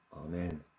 Amen